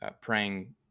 praying